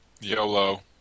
YOLO